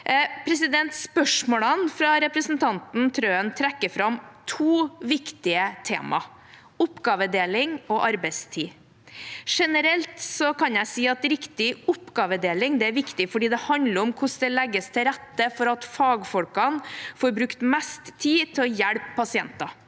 Spørsmålene fra representanten Trøen trekker fram to viktige temaer – oppgavedeling og arbeidstid. Generelt kan jeg si at riktig oppgavedeling er viktig, fordi det handler om hvordan det legges til rette for at fagfolkene får brukt mest tid til å hjelpe pasienter.